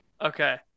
Okay